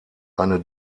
eine